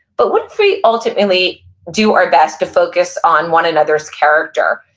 but, what if we ultimately do our best to focus on one another's character,